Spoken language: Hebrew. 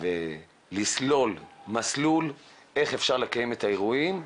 ולסלול מסלול איך אפשר לקיים את האירועים.